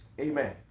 amen